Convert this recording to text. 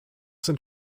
sind